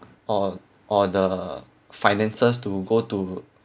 or or the finances to go to